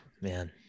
man